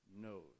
knows